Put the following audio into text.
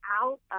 out